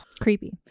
creepy